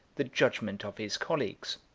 the judgment of his colleagues.